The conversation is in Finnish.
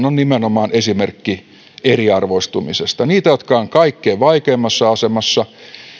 on nimenomaan esimerkki eriarvoistumisesta niille jotka ovat kaikkein vaikeimmassa asemassa